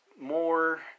more